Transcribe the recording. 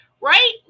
Right